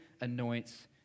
anoints